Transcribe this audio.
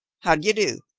how d'ye do?